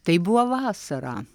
tai buvo vasarą